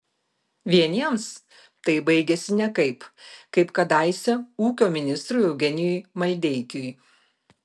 vieniems tai baigiasi nekaip kaip kadaise ūkio ministrui eugenijui maldeikiui